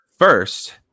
First